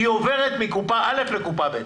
היא עוברת מקופה א' לקופה ב'?